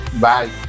Bye